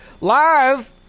live